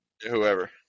Whoever